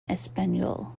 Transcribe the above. español